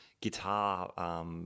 guitar